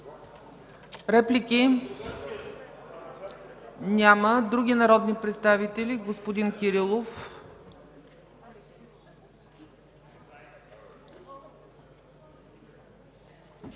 Реплики? Няма. Други народни представители? Господин Кирилов.